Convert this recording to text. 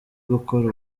gukora